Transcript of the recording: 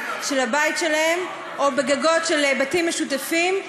של הבית שלהם או על גגות של בתים משותפים,